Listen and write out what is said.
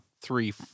three